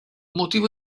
motivo